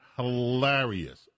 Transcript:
Hilarious